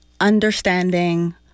understanding